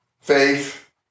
faith